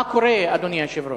מה קורה, אדוני היושב-ראש?